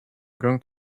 going